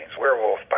Werewolf